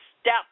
Step